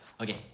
okay